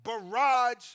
barrage